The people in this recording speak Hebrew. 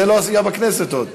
זה לא היה בכנסת עוד,